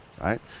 right